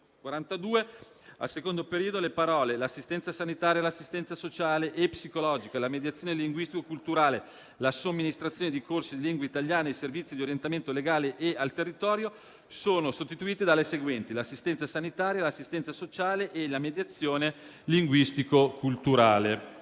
al secondo periodo, le parole: «l'assistenza sanitaria, l'assistenza sociale e psicologica, la mediazione linguistico-culturale, la somministrazione di corsi di lingua italiana e i servizi di orientamento legale e al territorio» sono sostituite dalle seguenti: «l'assistenza sanitaria, l'assistenza sociale e la mediazione linguistico-culturale».